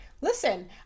listen